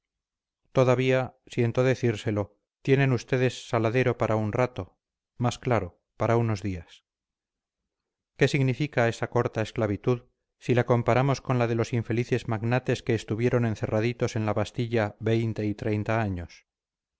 todavía siento decírselo tienen ustedes saladero para un rato más claro para unos días qué significa esa corta esclavitud si la comparamos con la de los infelices magnates que estuvieron encerraditos en la bastilla veinte y treinta años